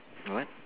what